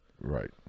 right